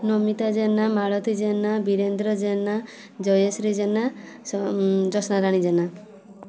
Namita Jena Malati Jena Birendra Jena Jayashree Jena Jyotsnarani Jena